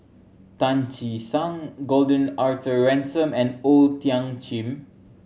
Tan Che Sang Gordon Arthur Ransome and O Thiam Chin